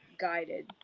guided